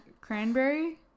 cranberry